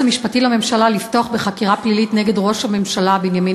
המשפטי לממשלה לפתוח בחקירה פלילית נגד ראש הממשלה בנימין